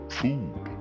food